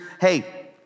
hey